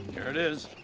here it is.